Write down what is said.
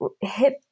hip